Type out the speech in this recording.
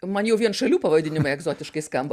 man jau vien šalių pavadinimai egzotiškai skamba